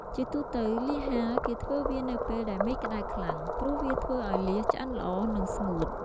ជាទូទៅលៀសហាលគេធ្វើវានៅពេលដែលមេឃក្តៅខ្លាំង ព្រោះវាធ្វើអោយលៀសឆ្អិនល្អ និងស្ងួត។